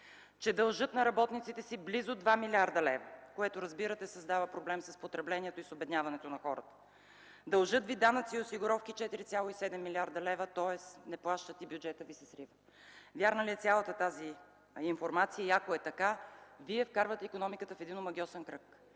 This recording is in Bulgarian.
че дължат на работниците си близо 2 млрд. лв., което, разбира се, създава проблем с потреблението и с обедняването на хората. Дължат ви данъци и осигуровки 4,7 млрд. лв., тоест не плащат и бюджетът ви се срива. Вярна ли е цялата тази информация и ако е така, Вие вкарвате икономиката в един омагьосан кръг